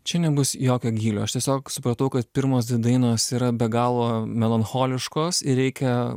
čia nebus jokio gylio aš tiesiog supratau kad pirmos dvi dainos yra be galo melancholiškos ir reikia